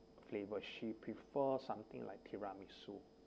flavour she prefer something like tiramisu